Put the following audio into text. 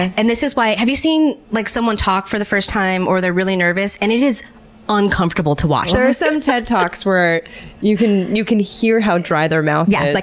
and this is why, have you seen like someone talk for the first time, or they're really nervous, and it is uncomfortable to watch? there are some ted talks where you can you can hear how dry their mouth is. yeah like.